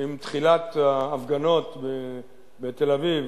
עם תחילת ההפגנות בתל-אביב,